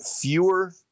fewer